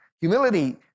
Humility